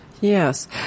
Yes